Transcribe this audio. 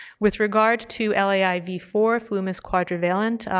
with regard to l a i v four, flumist quadrivalent,